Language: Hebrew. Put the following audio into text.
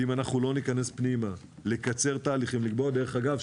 אם לא ניכנס בעובי הקורה לקצר תהליכים דרך אגב,